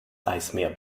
eismeer